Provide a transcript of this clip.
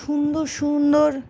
সুন্দর সুন্দর